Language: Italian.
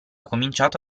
cominciato